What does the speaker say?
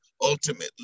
ultimately